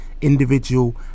individual